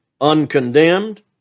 uncondemned